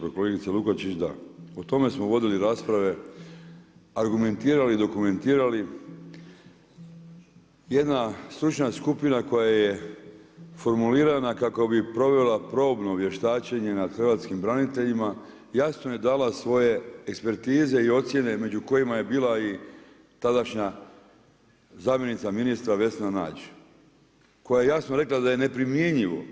Pa kolegice Lukačić, da, o tome smo vodili rasprave, argumentirali i dokumentirali, jedna stručna skupina koja je formulirana kako bi provela probno vještačenje nad hrvatskim braniteljima jasno je dala svoje ekspertize i ocjene među kojima je bila i tadašnja zamjenica ministra Vesna Nađ koja je jasno rekla da je neprimjenjivo